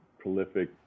prolific